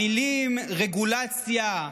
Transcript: המילים רגולציה,